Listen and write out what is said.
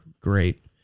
Great